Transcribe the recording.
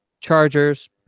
Chargers